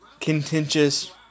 contentious